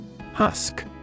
Husk